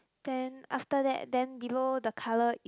then after that then below the colour is